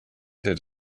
did